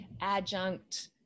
adjunct